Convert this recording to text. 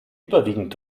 überwiegend